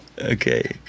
okay